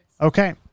Okay